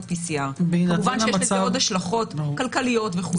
PCR. כמובן שיש לזה עוד השלכות כלכליות וכו' על האנשים.